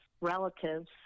relatives